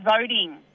voting